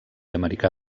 americà